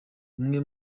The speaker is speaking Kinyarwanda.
umwe